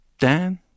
Dan